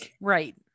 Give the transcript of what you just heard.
right